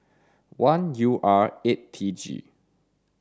one U R eight T G